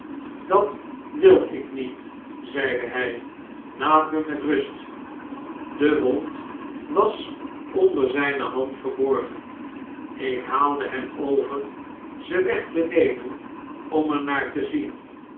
dat wil ik niet zeide hjj laat me met rust de wond was onder zijne hand verborgen ik haalde hem over ze weg te nemen om er naar te zien